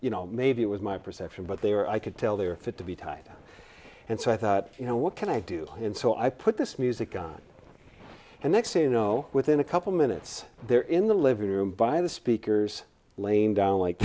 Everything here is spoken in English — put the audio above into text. you know maybe it was my perception but they were i could tell they were fit to be tied and so i thought you know what can i do and so i put this music on and next to know within a couple minutes there in the living room by the speakers laying down like